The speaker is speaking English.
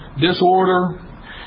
disorder